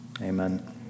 Amen